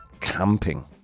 Camping